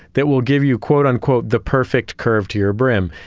that will give you quote on quote the perfect curve to your brim.